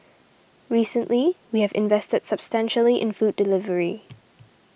recently we have invested substantially in food delivery